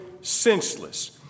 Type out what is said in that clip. senseless